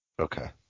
Okay